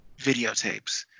videotapes